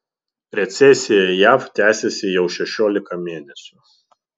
recesija jav tęsiasi jau šešiolika mėnesių